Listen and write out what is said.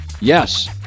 Yes